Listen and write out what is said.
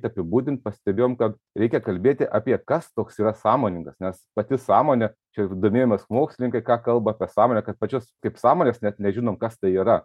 apibūdint pastebėjom kad reikia kalbėti apie kas toks yra sąmoningas nes pati sąmonė čia ir domėjomės mokslininkai ką kalba apie sąmonę kad pačios kaip sąmonės net nežinom kas tai yra